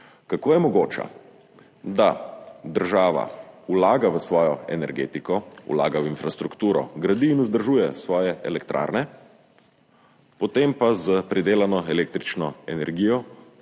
Kako je mogoče, da država vlaga v svojo energetiko, vlaga v infrastrukturo, gradi in vzdržuje svoje elektrarne, potem pa s pridelano električno energijo